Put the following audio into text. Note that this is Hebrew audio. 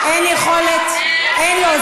אין יכולת, אין לו.